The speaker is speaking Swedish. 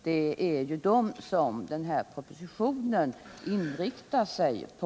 Det är ju dem den här propositionen inriktar sig på.